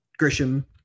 Grisham